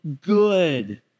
good